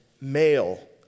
male